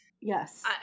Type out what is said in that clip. Yes